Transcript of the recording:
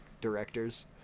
directors